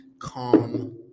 calm